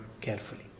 carefully